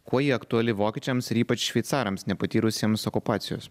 kuo ji aktuali vokiečiams ir ypač šveicarams nepatyrusiems okupacijos